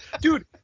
dude